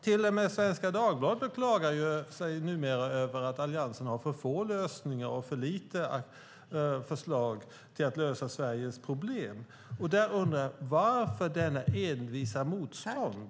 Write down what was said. Till och med Svenska Dagbladet klagar på att Alliansen har för få förslag och lösningar på Sveriges problem. Varför detta envisa motstånd?